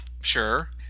sure